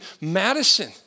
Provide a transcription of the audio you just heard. Madison